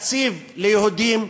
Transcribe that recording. תקציב ליהודים,